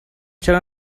چرا